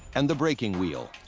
and the breaking wheel.